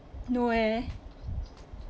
no eh